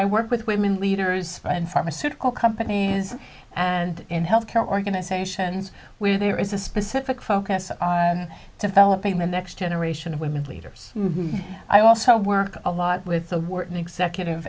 i work with women leaders and pharmaceutical companies and in health care organizations where there is a specific focus on developing the next generation of women leaders i also work a lot with the executive